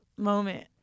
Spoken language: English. moment